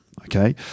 okay